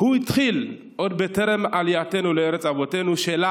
הוא התחיל עוד בטרם עלייתנו לארץ אבותינו, שלה